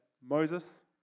Moses